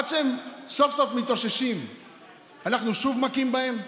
עד שהם סוף-סוף מתאוששים אנחנו שוב מכים בהם?